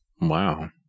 Wow